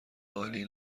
عالی